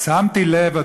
שמתי לב,